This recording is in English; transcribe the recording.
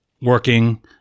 working